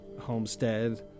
homestead